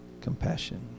compassion